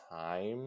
time